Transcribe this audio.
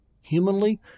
humanly